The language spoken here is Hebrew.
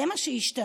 זה מה שהשתנה.